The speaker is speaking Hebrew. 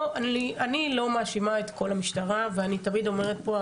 אני לא מאשימה את כל המשטרה ואני תמיד אומרת פה,